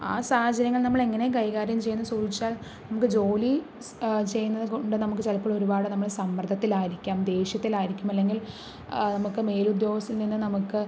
ആ സാഹചര്യങ്ങള് നമ്മളെങ്ങനെ കൈകാര്യം ചെയ്യും എന്നു ചോദിച്ചാൽ നമുക്ക് ജോലി ചെയ്യുന്നത് കൊണ്ട് നമുക്ക് ചിലപ്പോൾ ഒരുപാട് നമ്മള് സമ്മര്ദ്ദത്തില് ആയിരിക്കാം ദേഷ്യത്തില് ആയിരിക്കും അല്ലെങ്കില് നമുക്ക് മേലുദ്യോഗസ്ഥനില് നിന്ന് നമുക്ക്